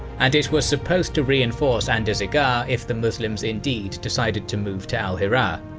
and it was supposed to reinforce andarzaghar if the muslims indeed decided to move to al-hirah.